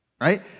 right